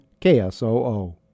KSOO